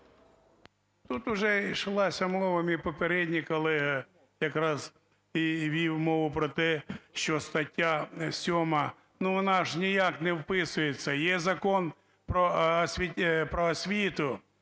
Тут уже ішлася мова, мій попередній колега якраз і вів мову про те, що стаття 7, ну, вона ж ніяк не вписується. Є Закон "Про освіту",